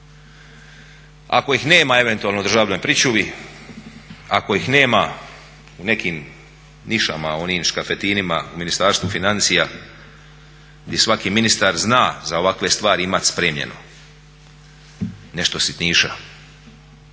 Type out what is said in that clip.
ako ih nema eventualno u državnoj pričuvi, ako ih nema u nekim nišama onim škafetinima u Ministarstvu financija gdje svaki ministar zna za ovakve stvari imati spremljeno nešto sitniša.